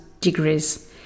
degrees